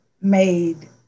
made